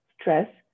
stress